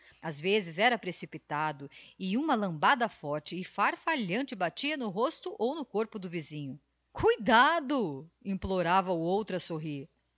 as vezes era precipitado e uma lambada forte e farfalhante batia no rosto ou no corpo do vizinho cuidado implorava o outro a sorrir